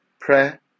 Prayer